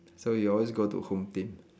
so he always go to Home Team